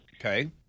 Okay